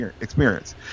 experience